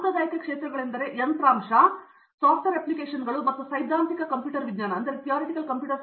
ಸಾಂಪ್ರದಾಯಿಕ ಕ್ಷೇತ್ರಗಳು ನೀವು ಯಂತ್ರಾಂಶ ಸಾಫ್ಟ್ವೇರ್ ಅಪ್ಲಿಕೇಶನ್ಗಳು ಮತ್ತು ಸೈದ್ಧಾಂತಿಕ ಕಂಪ್ಯೂಟರ್ ವಿಜ್ಞಾನ ಎಂದು ನೋಡಿದರೆ